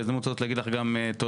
בהזדמנות זאת להגיד לך גם תודה.